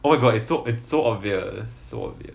oh my god it's so it's so obvious so obvious